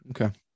Okay